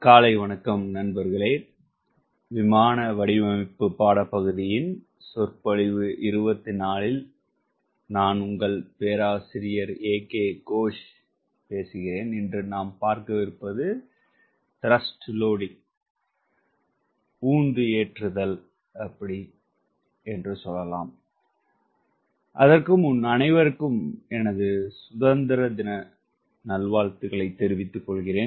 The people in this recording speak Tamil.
காலை வணக்கம் நண்பர்களே அனைவருக்கும் சுதந்திர தின வாழ்த்துக்களைத் தெரிவித்துக் கொள்கிறேன்